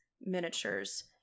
miniatures